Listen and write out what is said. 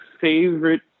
favorite